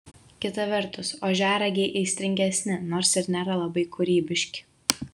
kita vertus ožiaragiai aistringesni nors ir nėra labai kūrybiški